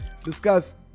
discuss